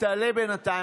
אז תעלה בינתיים.